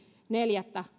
neljättä